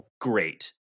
Great